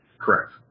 Correct